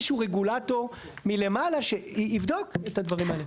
רגולטור מלמעלה שיבדוק את הדברים האלה.